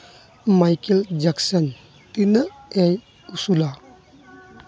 Michael Jackson ᱛᱤᱱᱟᱹᱜ ᱮ ᱩᱥᱩᱞᱟ